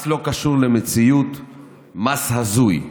מס שלא קשור למציאות, מס הזוי.